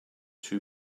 two